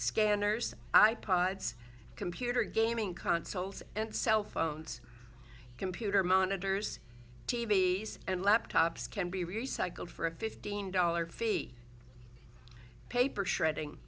scanners i pods computer gaming console and cellphones computer monitors t v and laptops can be recycled for a fifteen dollars fee paper shredding